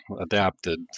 adapted